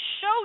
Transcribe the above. show